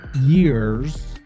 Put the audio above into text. years